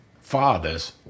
father's